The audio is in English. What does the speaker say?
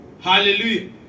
Hallelujah